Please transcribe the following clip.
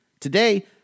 Today